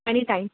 any time